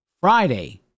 Friday